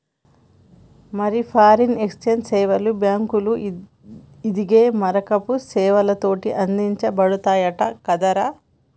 మరి foreign exchange సేవలు బాంకులు, ఇదిగే మారకపు సేవలతోటి అందించబడతయంట కదరా